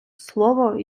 слово